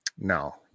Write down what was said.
No